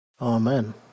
Amen